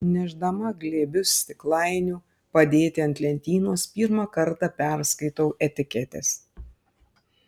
nešdama glėbius stiklainių padėti ant lentynos pirmą kartą perskaitau etiketes